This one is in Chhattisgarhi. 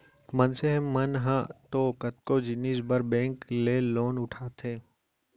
मनसे मन ह तो कतको जिनिस बर बेंक ले लोन उठाथे